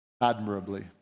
admirably